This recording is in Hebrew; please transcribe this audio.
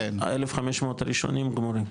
1500 ראשונים גמורים.